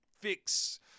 fix